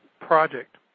project